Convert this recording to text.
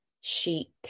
chic